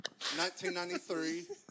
1993